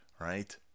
right